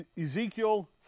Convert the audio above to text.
Ezekiel